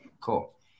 cool